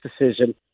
decision